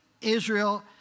Israel